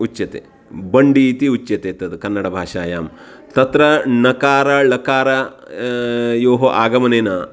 उच्यते बण्डी इति उच्यते तद् कन्नडभाषायां तत्र णकारळकारयोः आगमनेन